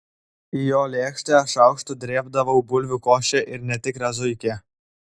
į jo lėkštę šaukštu drėbdavau bulvių košę ir netikrą zuikį